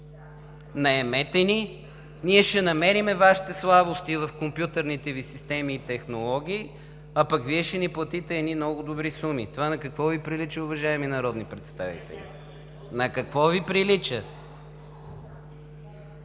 наемете ни, ние ще намерим Вашите слабости в компютърните Ви системи и технологии, а пък Вие ще ни платите едни много добри суми. Това на какво Ви прилича, уважаеми народни представители? На какво Ви прилича?!